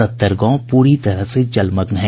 सत्तर गांव पूरी तरह से जलमग्न हैं